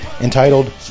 entitled